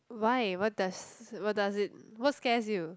why what does what does it what scares you